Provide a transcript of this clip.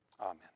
Amen